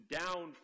down